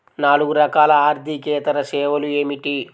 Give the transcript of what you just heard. నాలుగు రకాల ఆర్థికేతర సేవలు ఏమిటీ?